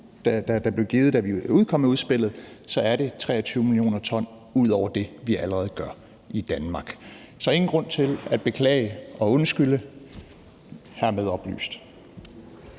der blev givet, da vi udkom med udspillet, så er det 23 mio. t ud over det, vi allerede gør i Danmark. Så der er ingen grund til at beklage og undskylde. Det er hermed oplyst.